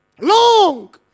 Long